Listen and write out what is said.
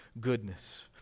goodness